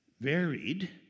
varied